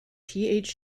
phd